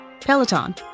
peloton